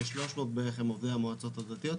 כ-300 בערך הם עובדי המועצות הדתיות,